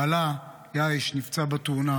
בעלה יעיש נפצע בתאונה.